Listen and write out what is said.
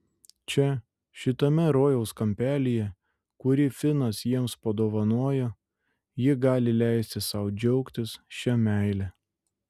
čia šitame rojaus kampelyje kurį finas jiems padovanojo ji gali leisti sau džiaugtis šia meile